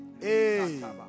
Hey